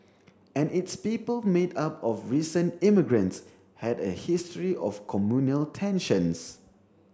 and its people made up of recent immigrants had a history of communal tensions